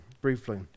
briefly